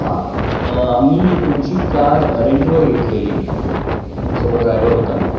हां आम्ही तुमची कार रेंटवर घेतलेली सोबत ड्रायव्हर होता